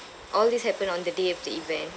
all this happened on the day of the event